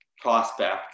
prospect